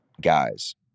guys